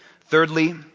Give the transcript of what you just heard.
Thirdly